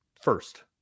First